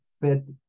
fit